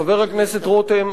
חבר הכנסת רותם,